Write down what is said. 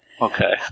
okay